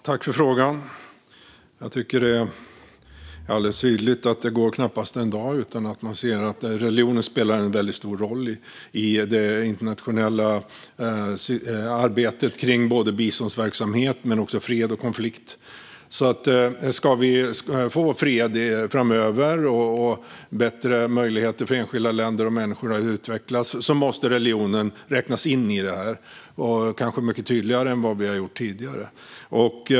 Fru talman! Jag tackar för frågan. Det är alldeles tydligt att det knappast går en dag utan att man ser att religionen spelar en mycket stor roll i det internationella arbetet kring både biståndsverksamhet och fred och konflikt. Om vi ska få fred framöver och bättre möjligheter för enskilda länder och människor att utvecklas måste religionen räknas in i detta och kanske mycket tydligare än vad vi har gjort tidigare.